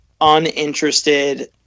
uninterested